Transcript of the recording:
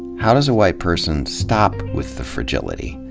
how does a white person stop with the fragility?